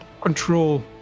Control